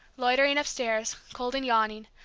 loitering upstairs, cold and yawning,